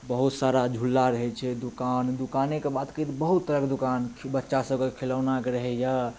बहुत सारा झूला रहैत छै दूकान दूकाने कऽ बात करी तऽ बहुत तरह कऽ दूकान बच्चा सब कऽ खिलौना कऽ रहैया